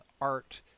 art